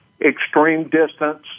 extreme-distance